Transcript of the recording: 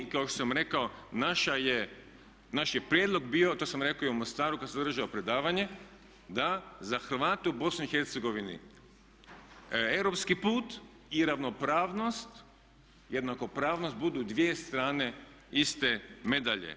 I kao što sam rekao naš je prijedlog bio, to sam rekao i u Mostaru kad sam održao predavanje, da za Hrvate u BiH europski put i ravnopravnost, jednakopravnost budu dvije strane iste medalje.